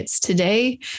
Today